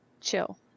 chill